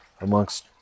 amongst